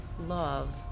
love